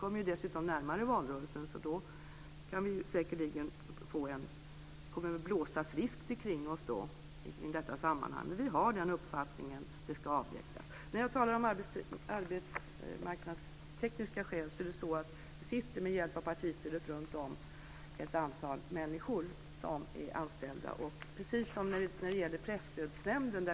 Förslagen läggs dessutom fram närmare valrörelsen, så det kommer säkerligen att blåsa friskt kring oss i detta sammanhang. Men vi har uppfattningen att partistödet ska avvecklas. Jag talade om arbetstekniska skäl. Det finns ett antal människor som har anställts med hjälp av partistödet runtom i Sverige.